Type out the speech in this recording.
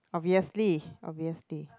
obviously obviously